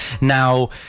now